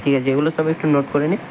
ঠিক আছে এগুলো সব একটু নোট করে নিন